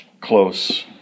close